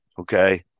Okay